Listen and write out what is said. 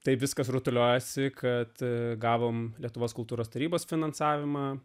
taip viskas rutuliojasi kad gavome lietuvos kultūros tarybos finansavimą